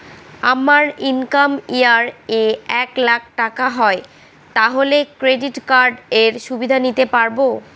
আমার income year এ এক লাক টাকা হয় তাহলে ক্রেডিট কার্ড এর সুবিধা নিতে পারবো?